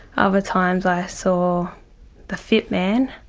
other times i saw the fit man.